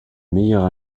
meilleure